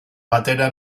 batera